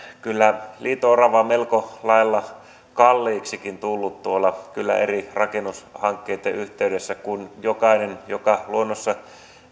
kyllä liito orava on melko lailla kalliiksikin tullut tuolla eri rakennushankkeitten yhteydessä jokainen joka luonnossa